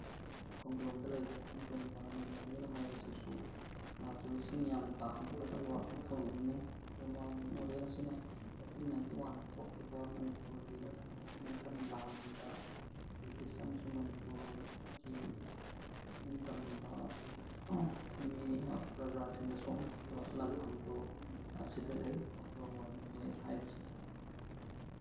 ꯈꯣꯡꯖꯣꯝꯗ ꯂꯩꯕ Khongjom war memorial ꯍꯥꯏꯕꯁꯤꯁꯨ ꯃꯥ ꯇꯨꯔꯤꯁꯁꯤꯡꯅ ꯌꯥꯝ ꯄꯥꯝꯒꯗꯕ ꯃꯐꯝ ꯑꯃꯅꯤ ꯈꯣꯡꯖꯣꯝ ꯋꯥꯔ ꯃꯦꯃꯣꯔꯤꯌꯦꯜꯁꯤꯅ ꯑꯩꯠꯇꯤꯟ ꯅꯥꯏꯟꯇꯤ ꯋꯥꯟꯗ ꯊꯣꯛꯈꯤꯕ ꯃꯅꯤꯄꯨꯔꯒꯤ ꯅꯤꯡꯇꯝ ꯂꯥꯟꯗ ꯕ꯭ꯔꯤꯇꯤꯁ ꯑꯃꯁꯨꯡ ꯃꯅꯤꯄꯨꯔꯒꯤ ꯅꯤꯡꯇꯝꯕ ꯃꯤꯌꯥꯝ ꯄ꯭ꯔꯖꯥꯁꯤꯡꯒ ꯁꯣꯛꯅꯈꯤꯕ ꯂꯥꯟꯐꯝꯗꯨ ꯑꯁꯤꯗ ꯂꯩ ꯈꯣꯡꯖꯣꯝ ꯋꯥꯔ ꯃꯦꯃꯣꯔꯤꯌꯦꯜ ꯍꯥꯏꯕꯁꯤꯗ